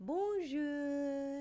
Bonjour